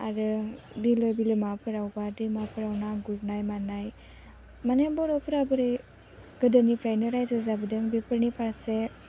आरो बिलो बिलोमाफोराव बा दैमाफोराव ना गुरनाय मानाय माने बर'फोरा बोरै गोदोनिफ्रायनो रायजो जाबोदों बेफोरनि फारसे